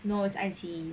no it's 爱妻